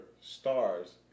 stars